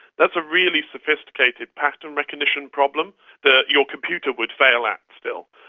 that's a really sophisticated pattern recognition problem that your computer would fail at still.